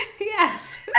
Yes